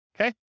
okay